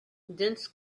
dense